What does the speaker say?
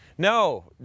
No